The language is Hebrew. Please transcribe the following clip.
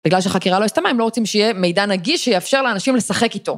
‫בגלל שחקירה לא הסתיימה, ‫הם לא רוצים שיהיה מידע נגיש ‫שיאפשר לאנשים לשחק איתו.